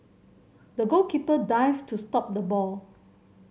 the goalkeeper dived to stop the ball